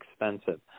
expensive